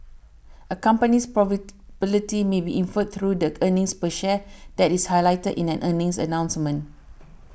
a company's profitability may be inferred through the earnings per share that is highlighted in an earnings announcement